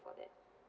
for that